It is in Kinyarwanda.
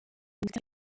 mufite